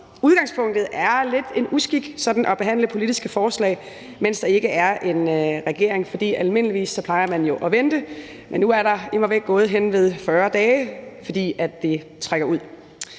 udgangspunktet er lidt en uskik sådan at behandle politiske forslag, mens der ikke er en regering. For almindeligvis plejer man jo at vente, men nu er der immer væk gået hen ved 40 dage, fordi det trækker ud.